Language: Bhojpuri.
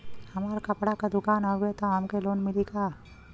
हमार कपड़ा क दुकान हउवे त हमके लोन मिली का?